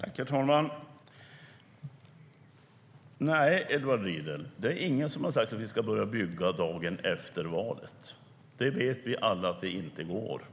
Herr talman! Nej, Edward Riedl, det är ingen som har sagt att vi skulle börja bygga dagen efter valet. Det vet vi alla att det inte går.